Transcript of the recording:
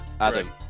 Adam